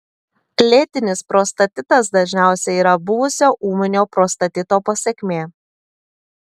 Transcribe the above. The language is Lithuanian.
lėtinis prostatitas dažniausiai yra buvusio ūminio prostatito pasekmė